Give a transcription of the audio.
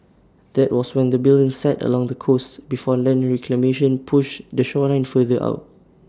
that was when the building sat along the coast before land reclamation push the shoreline further out